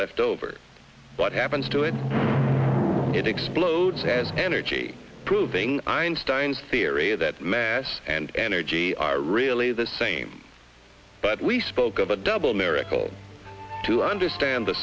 left over what happens to it it explodes has energy proving einstein's theory that mass and energy are really the same but we spoke of a double miracle to understand the